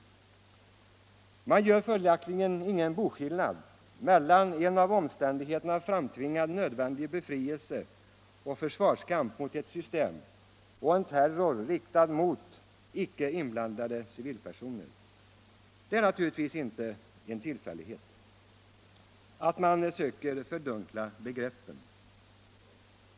Man gör ingen boskillnad mellan å ena sidan en av omständigheterna framtvingad nödvändig befrielse från och försvarskamp mot ett system och å andra sidan en terror riktad mot icke inblandade civilpersoner. Det är naturligtvis inte en tillfällighet att man söker fördunkla begreppen.